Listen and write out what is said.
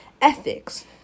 ethics